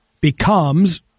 becomes –